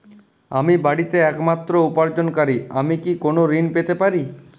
আমি বাড়িতে একমাত্র উপার্জনকারী আমি কি কোনো ঋণ পেতে পারি?